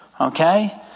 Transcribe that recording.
Okay